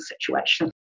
situation